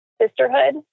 sisterhood